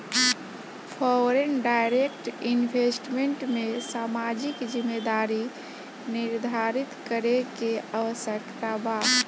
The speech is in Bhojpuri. फॉरेन डायरेक्ट इन्वेस्टमेंट में सामाजिक जिम्मेदारी निरधारित करे के आवस्यकता बा